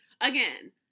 Again